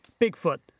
Bigfoot